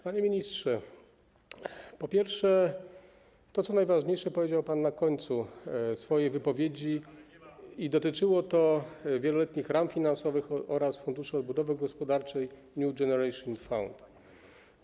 Panie ministrze, po pierwsze, to, co najważniejsze, powiedział pan na końcu swojej wypowiedzi, i dotyczyło to wieloletnich ram finansowych oraz funduszu odbudowy gospodarczej - Next Generation EU.